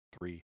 three